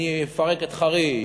אני אפרק את חריש,